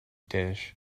dish